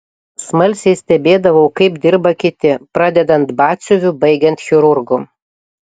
smalsiai stebėdavau kaip dirba kiti pradedant batsiuviu baigiant chirurgu